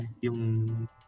yung